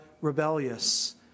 rebellious